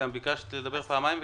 גם ביקשת לדבר פעמיים וקיבלת.